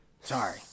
Sorry